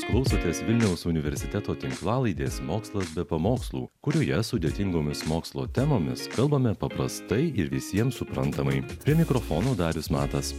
jūs klausotės vilniaus universiteto tinklalaidės mokslas be pamokslų kurioje sudėtingomis mokslo temomis kalbame paprastai ir visiems suprantamai prie mikrofonų darius matas